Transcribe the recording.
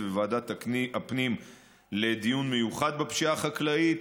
וועדת הפנים לדיון מיוחד בפשיעה החקלאית.